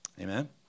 Amen